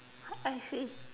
I see